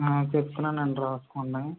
చెప్తున్నానండి రాసుకోండి